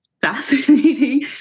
fascinating